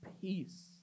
peace